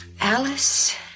Alice